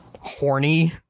horny